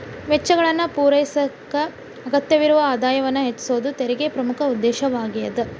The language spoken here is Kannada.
ವೆಚ್ಚಗಳನ್ನ ಪೂರೈಸಕ ಅಗತ್ಯವಿರೊ ಆದಾಯವನ್ನ ಹೆಚ್ಚಿಸೋದ ತೆರಿಗೆ ಪ್ರಮುಖ ಉದ್ದೇಶವಾಗ್ಯಾದ